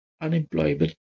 unemployable